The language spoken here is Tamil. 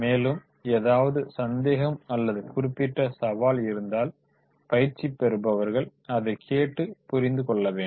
மேலும் ஏதாவது சந்தேகம் அல்லது குறிப்பிட்ட சாவல் இருந்தால் பயிற்சி பெறுபவர்கள் அதை கேட்டு புரிந்து கொள்ள வேண்டும்